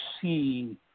see